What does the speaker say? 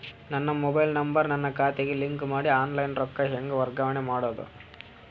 ನನ್ನ mobile number ನನ್ನ ಖಾತೆಗೆ ಲಿಂಕ್ ಮಾಡಿ ಆನ್ಲೈನ್ ರೊಕ್ಕ ಹೆಂಗ ವರ್ಗಾವಣೆ ಮಾಡೋದು?